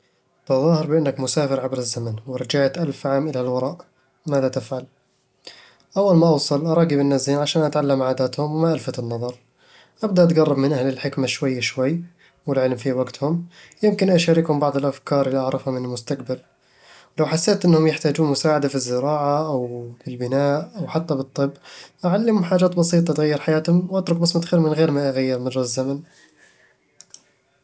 تظاهر بأنك مسافر عبر الزمن، ورجعت ألف عام إلى الوراء. ماذا تفعل؟ أول ما أوصل، أراقب الناس زين عشان أتعلم عاداتهم وما ألفت النظر أبدأ أتقرب من أهل الحكمة شوي شوي والعلم في وقتهم، يمكن أشاركهم ببعض الأفكار اللي أعرفها من المستقبل ولو حسيت إنهم يحتاجون مساعدة في الزراعة أو البناء أو حتى بالطب، أعلمهم حاجات بسيطة تغير حياتهم، وأترك بصمة خير بدون ما أغير مجرى الزمن